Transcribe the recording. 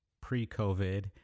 pre-COVID